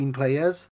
players